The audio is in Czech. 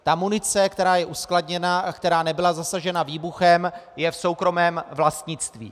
Ta munice, která je uskladněna, a která nebyla zasažena výbuchem, je v soukromém vlastnictví.